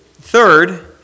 Third